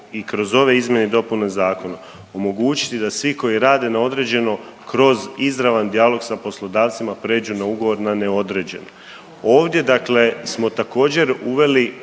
i kroz ove izmjene i dopune Zakona omogućiti da svi koji rade na određeno kroz izravan dijalog sa poslodavcima pređu na ugovor na neodređeno. Ovdje dakle smo također, uveli